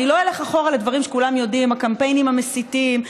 אני לא אלך אחורה לדברים שכולם יודעים: הקמפיינים המסיתים,